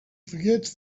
forgets